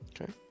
Okay